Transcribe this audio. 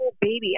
baby